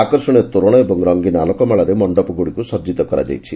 ଆକର୍ଷଣୀୟ ତୋରଣ ଏବଂ ରଙ୍ଙୀନ ଆଲୋକମାଳାରେ ମଣ୍ଡପଗୁଡ଼ିକୁ ସଜିତ କରାଯାଇଛି